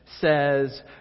says